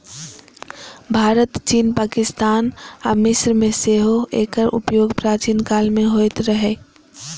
भारत, चीन, पाकिस्तान आ मिस्र मे सेहो एकर उपयोग प्राचीन काल मे होइत रहै